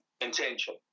intention